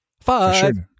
Five